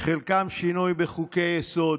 חלקם בשינוי בחוקי-יסוד.